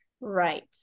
right